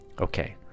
Okay